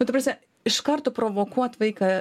nu ta prasme iškart provokuot vaiką